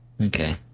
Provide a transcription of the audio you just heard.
Okay